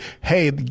hey